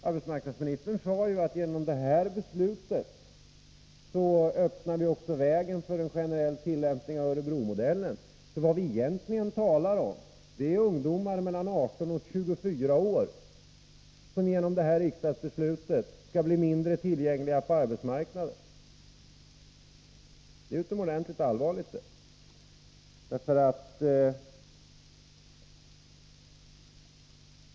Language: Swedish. Hon sade att genom detta beslut öppnar vi också vägen till en generell tillämpning av Örebromodellen. Vad vi egentligen talar om är ungdomar mellan 18 och 24 år, som genom detta riksdagsbeslut skall bli mindre tillgängliga på arbetsmarknaden. Det är utomordentligt allvarligt.